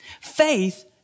Faith